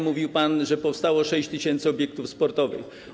Mówił pan, że powstało 6 tys. obiektów sportowych.